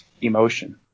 Emotion